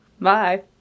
Bye